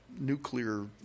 nuclear